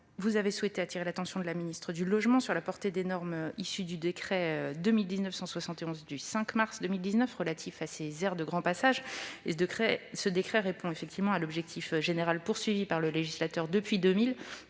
vous avez souhaité appeler l'attention de la ministre du logement sur la portée des normes issues du décret n° 2019-171 du 5 mars 2019 relatif aux aires de grand passage. Ce décret répond à l'objectif général visé par le législateur depuis 2000